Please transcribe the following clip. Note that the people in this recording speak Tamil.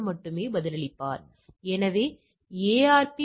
0 முதல் 5 க்கு இடையே அமையும் ஆனது நிழலிடப்பட்ட பகுதியாக கொடுக்கப்பட்டுள்ளது